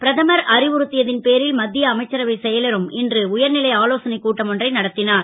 பிரதமர் அறிவுறுத் யதன் பேரில் மத் ய அமைச்சரவை செயலரும் இன்று உயர் லை ஆலோசனைக் கூட்டம் ஒன்றை நடத் னார்